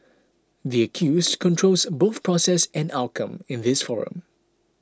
the accused controls both process and outcome in this forum